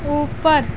ऊपर